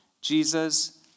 Jesus